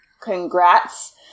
congrats